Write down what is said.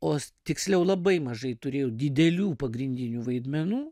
o tiksliau labai mažai turėjau didelių pagrindinių vaidmenų